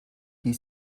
die